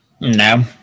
No